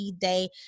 day